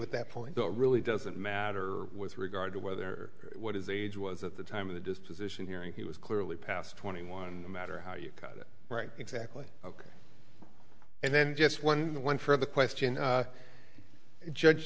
at that point that really doesn't matter with regard to whether what is age was at the time of the disposition hearing he was clearly past twenty one and the matter how you cut it right exactly ok and then just one the one for the question judge